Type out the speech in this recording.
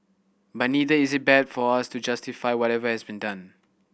but neither is it bad for us to justify whatever has been done